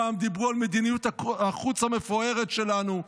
פעם דיברו על מדיניות החוץ המפוארת שלנו.